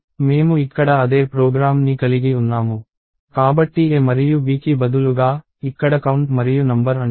మేము ఇక్కడ అదే ప్రోగ్రామ్ని కలిగి ఉన్నాము కాబట్టి a మరియు bకి బదులుగా ఇక్కడ కౌంట్ మరియు నంబర్ అంటారు